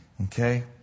Okay